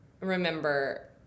remember